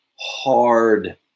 hard